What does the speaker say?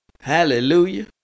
Hallelujah